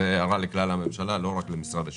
זו הערה לכלל הממשלה, לא רק למשרד השיכון.